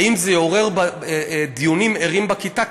האם זה יעורר דיונים ערים בכיתה?